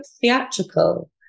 theatrical